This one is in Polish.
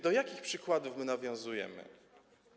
Do jakich przykładów my nawiązujemy?